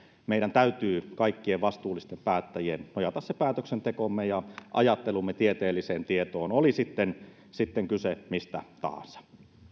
meidän täytyy kaikkien vastuullisten päättäjien nojata se päätöksentekomme ja ajattelumme tieteelliseen tietoon oli sitten sitten kyse mistä tahansa